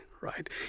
right